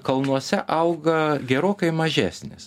kalnuose auga gerokai mažesnis